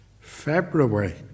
February